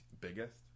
biggest